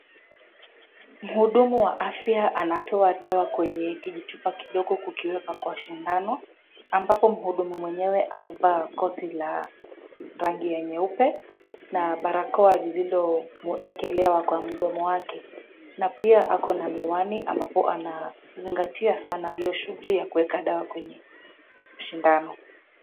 Muhudumu wa afya anatoa dawa kwenye kijichupa kidogo kukiweka kwa sindano, ambapo muhudumu mwenyewe amevaa koti la rangi ya nyeupe na barakoa lililoekelea kwa mdomo wake, na pia ako na miwani ambapo anazingatia sana hiyo shuguli ya kuweka dawa kwenye sindano.